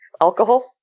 alcohol